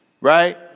right